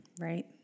Right